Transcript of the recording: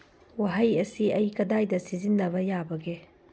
ꯋꯥꯍꯩ ꯑꯁꯤ ꯑꯩ ꯀꯗꯥꯏꯗ ꯁꯤꯖꯤꯟꯅꯕ ꯌꯥꯕꯒꯦ